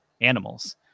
animals